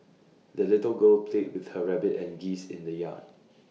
the little girl played with her rabbit and geese in the yard